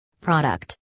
Product